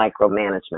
micromanagement